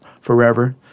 forever